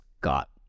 got